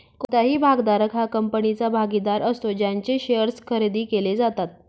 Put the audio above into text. कोणताही भागधारक हा कंपनीचा भागीदार असतो ज्यांचे शेअर्स खरेदी केले जातात